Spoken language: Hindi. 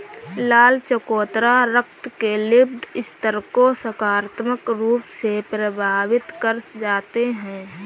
लाल चकोतरा रक्त के लिपिड स्तर को सकारात्मक रूप से प्रभावित कर जाते हैं